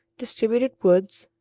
distributed woods,